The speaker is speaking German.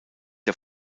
der